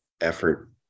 effort